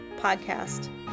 podcast